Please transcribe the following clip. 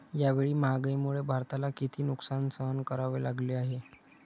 यावेळी महागाईमुळे भारताला किती नुकसान सहन करावे लागले आहे?